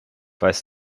weiß